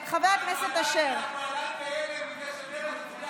חבר הכנסת אשר, אנחנו עדיין בהלם מזה נכים.